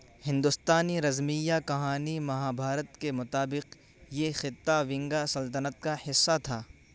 ہندوستانی رزمیہ کہانی مہابھارت کے مطابق یہ خطہ ونگا سلطنت کا حصہ تھا